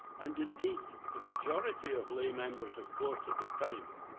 and indeed the majority of lay members of court at the time,